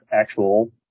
actual